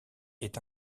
est